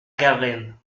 garenne